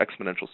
exponential